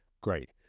great